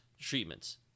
treatments